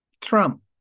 Trump